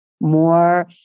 more